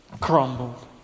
crumbled